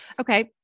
Okay